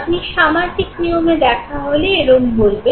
আপনি সামাজিক নিয়মে দেখা হলে এরকম বলবেন